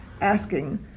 asking